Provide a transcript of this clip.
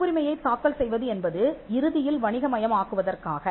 காப்புரிமையைத் தாக்கல் செய்வது என்பது இறுதியில் வணிகமயம் ஆக்குவதற்காக